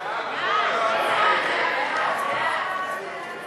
ההצעה להעביר את הצעת חוק